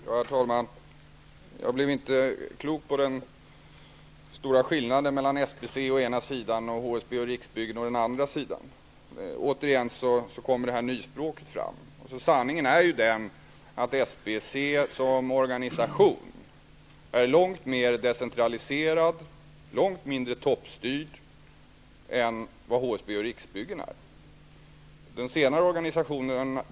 Herr talman! Jag blev inte klok på den stora skillnaden mellan SBC å ena sidan och HSB och Riksbyggen å den andra sidan. Återigen får vi höra det här nyspråket. Sanningen är ju den att SBC som organisation är långt mer decentraliserad och långt mindre toppstyrd än vad HSB och Riksbyggen är.